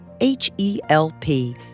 H-E-L-P